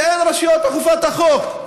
שאין רשויות אכיפת החוק,